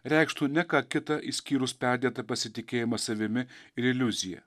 reikštų ne ką kitą išskyrus perdėtą pasitikėjimą savimi ir iliuziją